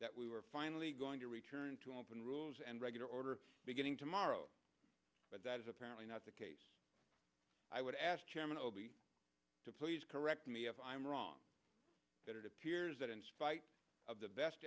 we were finally going to return to open rules and regular order beginning tomorrow but that is apparently not the case i would ask chairman o b to please correct me if i'm wrong but it appears that in spite of the best